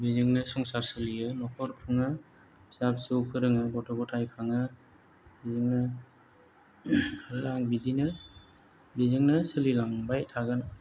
बेजोंनो संसार सोलियो न'खर खुङो फिसा फिसौ फोरोङो गथ' गथाय खाङो बेजोंनो आरो आं बिदिनो बेजोंनो सोलिलांबाय थागोन